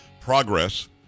Progress